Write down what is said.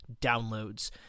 downloads